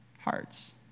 hearts